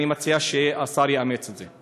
אני מציע שהשר יאמץ את זה.